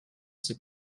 c’est